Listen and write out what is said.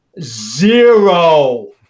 zero